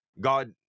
God